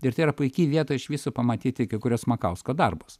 ir tai yra puiki vieta iš viso pamatyti kai kurios makausko darbus